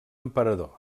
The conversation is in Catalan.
emperador